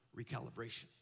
recalibration